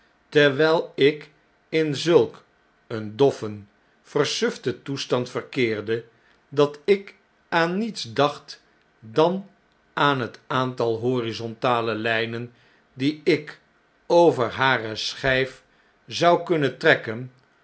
terwjjl ik in zulk een doffen versuften toestand verkeefde dat ik aan niets dacht dan aan het aantal horizontale lijnen die ik over hare schijf zou kunnen trekke'n